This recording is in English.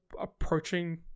approaching